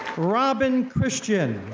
robin christian,